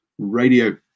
Radio